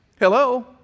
Hello